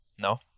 no